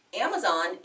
Amazon